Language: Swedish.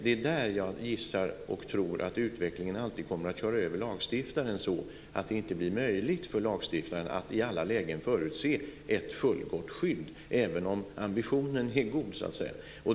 Det är där som jag gissar och tror att utvecklingen alltid kommer att köra över lagstiftaren på ett sådant sätt att det inte blir möjligt för lagstiftaren att i alla lägen förutse ett fullgott skydd, även om ambitionen är god så att säga.